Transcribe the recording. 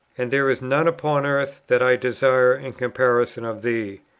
and there is none upon earth that i desire in comparison of thee.